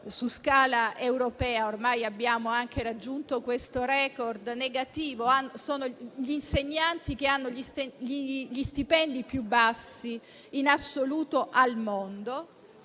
su scala europea. Ormai abbiamo raggiunto anche questo *record* negativo: sono gli insegnanti che hanno gli stipendi più bassi in assoluto al mondo,